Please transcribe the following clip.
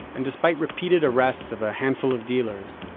and despite repeated arrests of a handful of dealers,